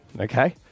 Okay